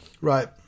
Right